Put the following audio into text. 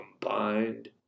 combined